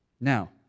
Now